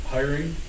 Hiring